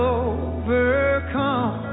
overcome